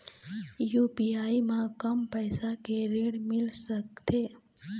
UPI म कम पैसा के ऋण मिल सकथे?